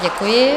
Děkuji.